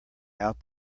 out